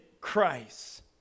Christ